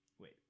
wait